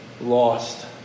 Lost